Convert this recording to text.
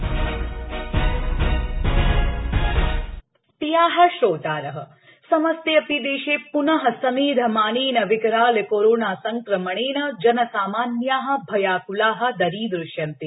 कोविड्सन्देश प्रिया श्रोतारः समस्तेऽपि देशे प्नः समेधमानेन विकराल कोरोना संक्रमणेन जनसामान्या भयाक़लाः दरीदृश्यन्ते